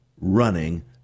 running